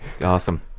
Awesome